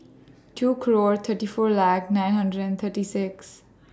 two Clock thirty four laugh nine hundred and thirty six